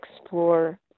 explore